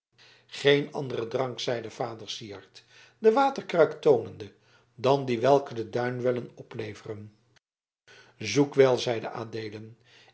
geen anderen drank zeide vader syard de waterkruik toonende dan dien welke de duinwellen opleveren zoek wel zeide